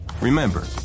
Remember